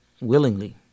Willingly